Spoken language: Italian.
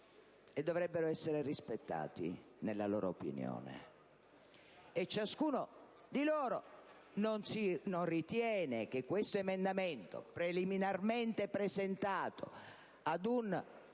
e dovrebbero essere rispettati nella loro opinione. Ciascuno di loro non ritiene soddisfacente questo emendamento preliminarmente presentato ad un